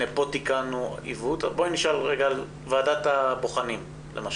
הנה פה תיקנו עיוות' אז בואי נשאל על ועדת הבוחנים למשל.